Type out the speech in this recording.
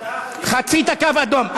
אתה, חצית קו אדום.